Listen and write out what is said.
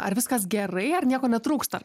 ar viskas gerai ar nieko netrūksta ar